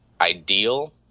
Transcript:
ideal